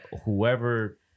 whoever